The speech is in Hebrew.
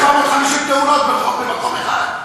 לא 750 תאונות במקום אחד.